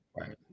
Right